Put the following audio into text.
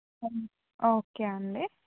okay అండి